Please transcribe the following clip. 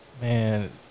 man